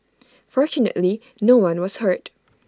fortunately no one was hurt